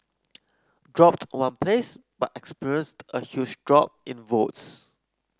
dropped one place but experienced a huge drop in votes